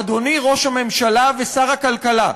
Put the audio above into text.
אדוני ראש הממשלה ושר הכלכלה,